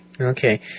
Okay